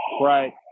right